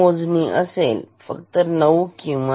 मोजणी असेल फक्त 9 किंवा10